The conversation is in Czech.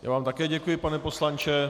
Já vám také děkuji, pane poslanče.